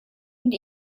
und